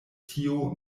tio